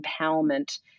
empowerment